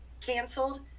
canceled